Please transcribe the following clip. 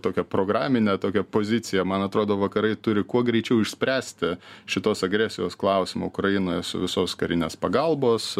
tokią programinę tokią poziciją man atrodo vakarai turi kuo greičiau išspręsti šitos agresijos klausimą ukrainoje su visos karinės pagalbos